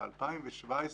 ב-2017,